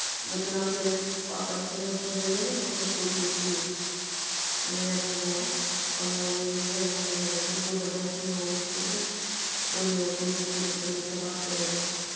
لیکن آپ میرے پاپا سے ابو سے میرے ایسے مت بولیے پلیز یہ میرے ابو ہیں اور میں یہ سہن نہیں کر سکتی بالکل برداشت نہیں ہوگا مجھ سے کہ کوئی میرے ابو سے اتی بدتمیزی سے بات کرے گا